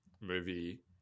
movie